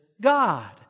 God